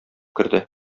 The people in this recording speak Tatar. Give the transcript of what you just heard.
керде